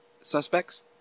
suspects